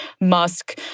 Musk